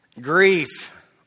Grief